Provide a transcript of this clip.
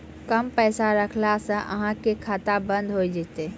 कम पैसा रखला से अहाँ के खाता बंद हो जैतै?